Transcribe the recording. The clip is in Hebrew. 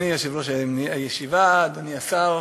אדוני יושב-ראש הישיבה, אדוני השר,